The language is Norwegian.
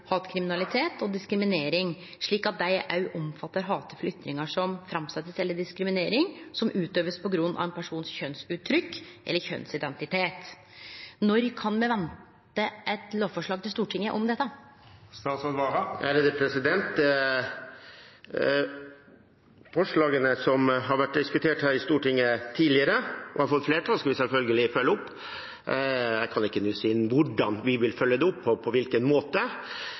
hatkriminalitet og diskriminering slik at dei òg omfattar hatefulle ytringar som blir framsette, eller diskriminering som blir utøvd på grunn av kjønnsuttrykket eller kjønnsidentiteten til ein person? Når kan me vente eit lovforslag til Stortinget om dette? Forslagene som har vært diskutert her i Stortinget tidligere og har fått flertall, skal vi selvfølgelig følge opp. Jeg kan ikke nå si hvordan vi vil følge det opp, og på hvilken måte.